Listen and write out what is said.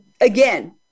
again